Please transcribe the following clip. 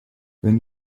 wenn